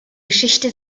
geschichte